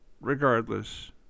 Regardless